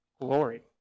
glory